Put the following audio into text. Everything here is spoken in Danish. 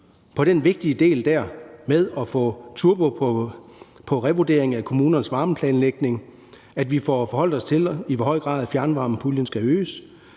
om den vigtige del med at få sat turbo på revurderingen af kommunernes varmeplanlægning; at vi får forholdt os til, i hvor høj grad fjernvarmepuljen skal øges,